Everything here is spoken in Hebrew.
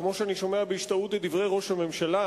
כמו שאני שומע בהשתאות את דברי ראש הממשלה,